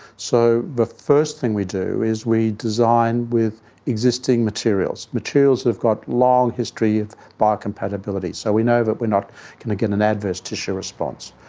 so the first thing we do is we design with existing materials, materials that have got long history of biocompatibility, so we know that we are not going to get an adverse tissue response.